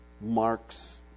Mark's